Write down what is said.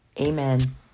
Amen